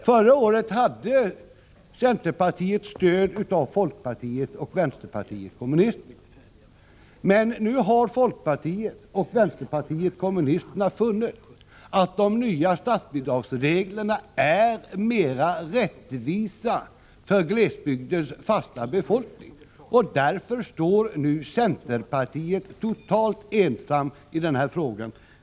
Förra året hade centerpartiet stöd av folkpartiet och vänsterpartiet kommunisterna, men nu har folkpartiet och vpk funnit att de nya statsbidragsreglerna är mera rättvisa för glesbygdens fasta befolkning, och därför står nu centerpartiet totalt ensamt i den här frågan.